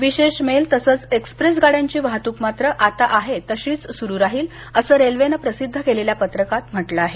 विशेष मेल तसंच एक्सप्रेस गाड्यांची वाहतूक मात्र आता आहे तशीच सुरु राहिल असं रेल्वेनं प्रसिद्ध केलेल्या पत्रकात म्हटलं आहे